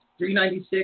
396